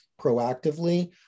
proactively